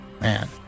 Man